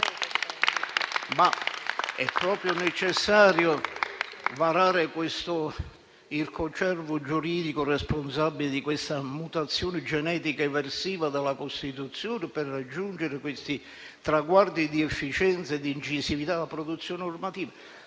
Ma è proprio necessario varare questo ircocervo giuridico, responsabile di questa mutazione genetica ed eversiva della Costituzione, per raggiungere questi traguardi di efficienza e di incisività della produzione normativa?